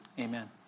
amen